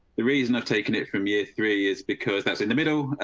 the reason i've taken it from year three is because that's in the middle.